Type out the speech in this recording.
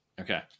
Okay